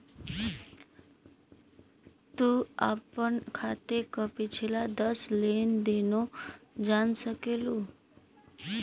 तू आपन खाते क पिछला दस लेन देनो जान सकलू